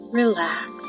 relax